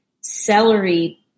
celery